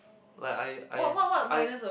like I I I